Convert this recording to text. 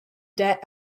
debt